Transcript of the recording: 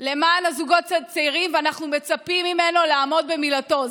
למען הזוגות הצעירים ואנחנו מצפים ממנו לעמוד במילתו.